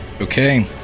okay